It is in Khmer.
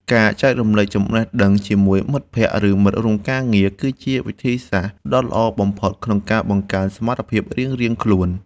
ការចែករំលែកចំណេះដឹងជាមួយមិត្តភក្តិ ឬមិត្តរួមការងារ គឺជាវិធីសាស្ត្រដ៏ល្អបំផុតក្នុងការបង្កើនសមត្ថភាពរៀងៗខ្លួន។